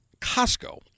Costco